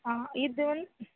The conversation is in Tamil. ஆ இது வந்து